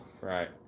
Right